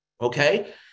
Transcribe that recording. okay